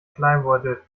schleimbeutel